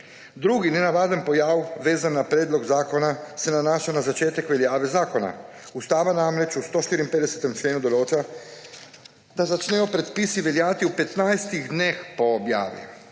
Drugi nenavaden pojav, vezan na predlog zakona, se nanaša na začetek veljave zakona. Ustava namreč v 154. členu določa, da začnejo predpisi veljati v 15 dneh po objavi.